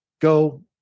go